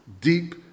deep